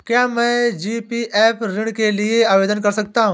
क्या मैं जी.पी.एफ ऋण के लिए आवेदन कर सकता हूँ?